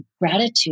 gratitude